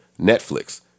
Netflix